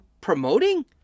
promoting